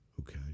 Okay